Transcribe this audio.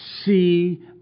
see